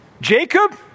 Jacob